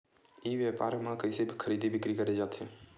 ई व्यापार म कइसे खरीदी बिक्री करे जाथे?